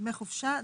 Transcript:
דמי חופשה,